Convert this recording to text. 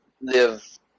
live